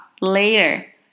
later